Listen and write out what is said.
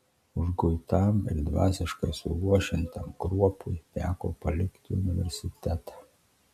užguitam ir dvasiškai suluošintam kruopui teko palikti universitetą